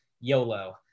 YOLO